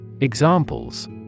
Examples